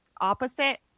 opposite